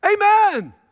Amen